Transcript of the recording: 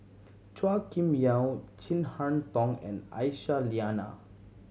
Chua Kim Yeow Chin Harn Tong and Aisyah Lyana